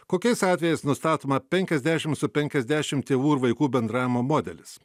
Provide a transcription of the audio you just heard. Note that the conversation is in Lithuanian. kokiais atvejais nustatoma penkiasdešimts su penkiasdešimt tėvų ir vaikų bendravimo modelis